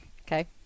Okay